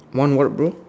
one what bro